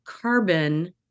carbon